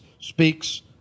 speaks